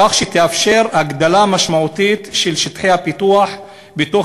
כך שתאפשר הגדלה משמעותית של שטחי הפיתוח בתוך